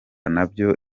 nabyo